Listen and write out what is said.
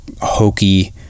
hokey